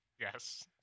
Yes